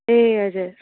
ए हजुर